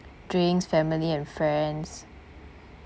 drinks family and friends